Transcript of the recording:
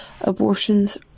abortions